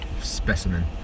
specimen